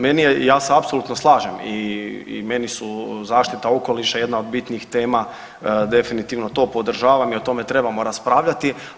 Meni je, ja se apsolutno slažem i meni su zaštita okoliša jedna od bitnih tema, definitivno to podržavam i o tome trebamo raspravljati.